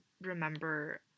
remember